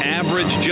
average